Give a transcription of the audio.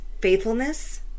faithfulness